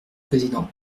président